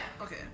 Okay